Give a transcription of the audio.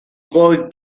croire